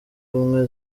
ubumwe